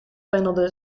pendelde